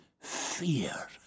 fear